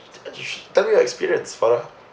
tell me your experience farrah